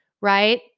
right